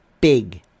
big